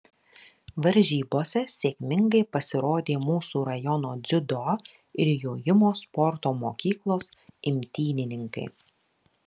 varžybose sėkmingai pasirodė mūsų rajono dziudo ir jojimo sporto mokyklos imtynininkai